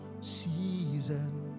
season